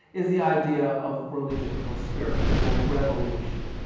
is the idea of religion or spirit or revelation.